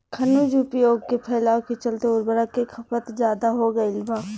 खनिज उपयोग फैलाव के चलते उर्वरक के खपत ज्यादा हो गईल बा